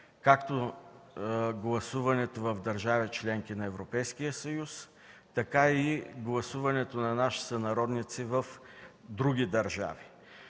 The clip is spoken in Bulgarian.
както гласуването в държави – членки на Европейския съюз, така и гласуването на наши сънародници в други държави.